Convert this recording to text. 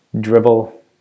Dribble